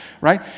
right